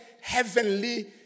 heavenly